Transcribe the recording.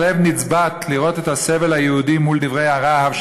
הלב נצבט לראות את הסבל היהודי מול דברי הרהב של